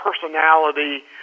personality